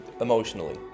emotionally